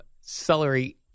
celery